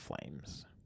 flames